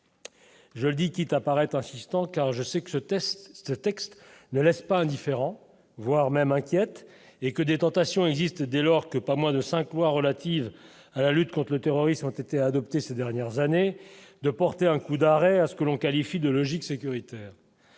je dis tit insistant car je sais que ce test : ce texte ne laisse pas indifférent, voire même inquiète et que des tentations existent dès lors que pas moins de 5 lois relatives à la lutte contre le terrorisme ont été adoptées ces dernières années, de porter un coup d'arrêt à ce que l'on qualifie de logique sécuritaire